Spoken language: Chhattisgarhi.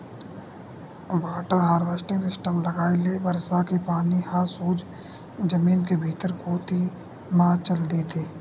वाटर हारवेस्टिंग सिस्टम लगाए ले बरसा के पानी ह सोझ जमीन के भीतरी कोती म चल देथे